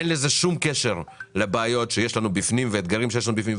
אין לזה שום קשר לבעיות שיש לנו בפנים והאתגרים שיש לנו בפנים,